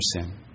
sin